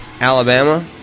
Alabama